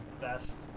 best